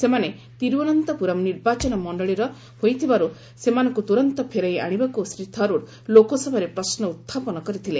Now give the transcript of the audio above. ସେମାନେ ତିରୁଓ୍ୱନନ୍ତପୁରମ୍ ନିର୍ବାଚନ ମଣ୍ଡଳୀର ହୋଇଥିବାରୁ ସେମାନଙ୍କୁ ତୁରନ୍ତ ଫେରାଇ ଆଶିବାକୁ ଶ୍ରୀ ଥରୁର୍ ଲୋକସଭାରେ ପ୍ରଶ୍ନ ଉତ୍ଥାପନ କରିଥିଲେ